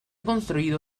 construido